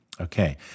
Okay